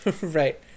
Right